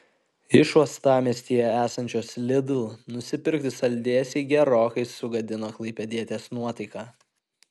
iš uostamiestyje esančios lidl nusipirkti saldėsiai gerokai sugadino klaipėdietės nuotaiką